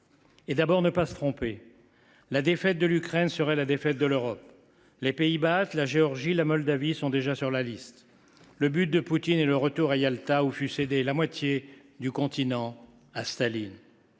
Et d’abord ne pas se tromper : la défaite de l’Ukraine serait la défaite de l’Europe. Les pays baltes, la Géorgie, la Moldavie figurent déjà sur la liste. Le but de Poutine est le retour à Yalta, où fut cédée la moitié du continent à Staline.